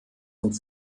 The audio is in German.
und